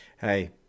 Hey